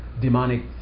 demonic